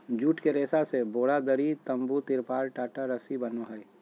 जुट के रेशा से बोरा, दरी, तम्बू, तिरपाल, टाट, रस्सी बनो हइ